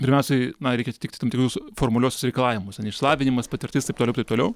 pirmiausiai na reikia atitikti tam tikrus formaliuosius reikalavimus ten išlavinimas patirtis taip toliau taip toliau